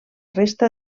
resta